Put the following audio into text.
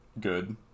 good